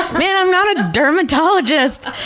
man, i'm not a dermatologist!